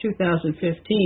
2015